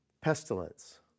pestilence